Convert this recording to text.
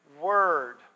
word